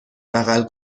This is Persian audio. بغل